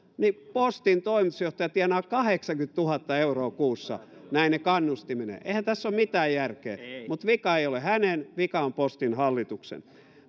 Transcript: mutta postin toimitusjohtaja tienaa kahdeksankymmentätuhatta euroa kuussa näine kannustimineen eihän tässä ole mitään järkeä mutta vika ei ole hänen vika on postin hallituksen